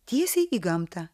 tiesiai į gamtą